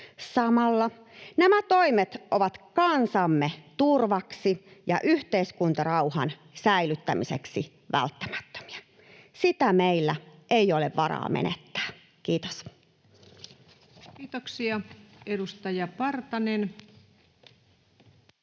Samalla nämä toimet ovat kansamme turvaksi ja yhteiskuntarauhan säilyttämiseksi välttämättömiä. Sitä meillä ei ole varaa menettää. — Kiitos. [Speech